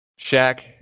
Shaq